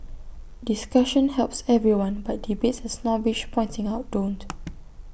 discussion helps everyone but debates snobbish pointing out don't